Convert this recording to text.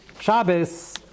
Shabbos